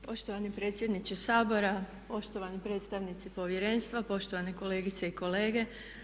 Poštovani predsjedniče Sabora, poštovani predstavnici Povjerenstva, poštovane kolegice i kolege.